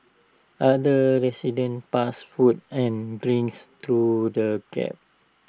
other residents passed food and drinks through the gap